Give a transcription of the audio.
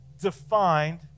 defined